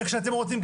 איך שאתם רוצים,